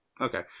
Okay